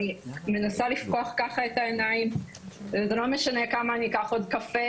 אני מנסה ככה לפתוח את העיניים וזה לא משנה כמה אני אקח קפה